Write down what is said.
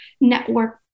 network